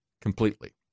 completely